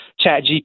ChatGPT